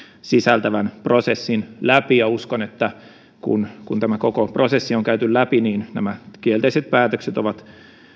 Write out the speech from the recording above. sisältävän prosessin ja uskon että kun kun tämä koko prosessi on käyty läpi niin nämä kielteiset päätökset ovat